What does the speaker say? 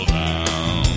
down